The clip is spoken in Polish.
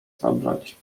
zabrać